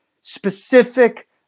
specific